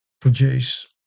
produce